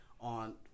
on